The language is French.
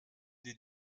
des